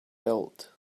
built